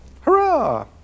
Hurrah